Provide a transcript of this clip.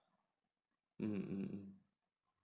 mm mm mm